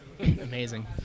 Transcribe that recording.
Amazing